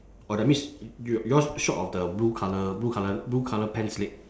orh that means you~ yours short of the blue colour blue colour blue colour pants leg